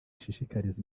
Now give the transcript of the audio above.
ishishikariza